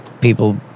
people